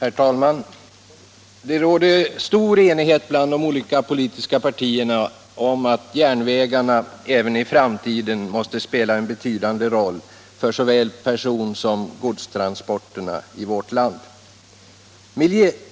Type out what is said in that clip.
Herr talman! Det råder stor enighet bland de olika politiska partierna öm att järnvägarna även i framtiden måste spela en betydande roll för såväl personsom godstransporterna i vårt land.